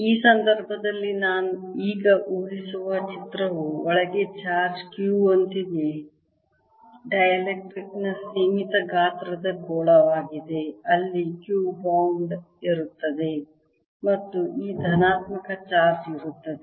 ಈ ಸಂದರ್ಭದಲ್ಲಿ ಈಗ ಊಹಿಸುವ ಚಿತ್ರವು ಒಳಗೆ ಚಾರ್ಜ್ Q ಯೊಂದಿಗೆ ಡೈಎಲೆಕ್ಟ್ರಿಕ್ನ ಸೀಮಿತ ಗಾತ್ರದ ಗೋಳವಾಗಿದೆ ಅಲ್ಲಿ Q ಬೌಂಡ್ ಇರುತ್ತದೆ ಮತ್ತು ಈ ಧನಾತ್ಮಕ ಚಾರ್ಜ್ ಇರುತ್ತದೆ